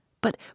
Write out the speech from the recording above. But